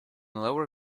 lower